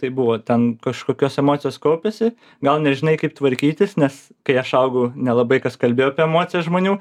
taip buvo ten kažkokios emocijos kaupiasi gal nežinai kaip tvarkytis nes kai aš augau nelabai kas kalbėjo apie emocijas žmonių